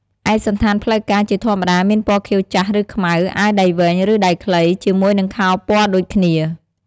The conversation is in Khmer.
ឯកសណ្ឋានផ្លូវការ ជាធម្មតា មានពណ៌ខៀវចាស់ ឬខ្មៅ អាវដៃវែង ឬដៃខ្លី ជាមួយនឹងខោពណ៌ដូចគ្នា។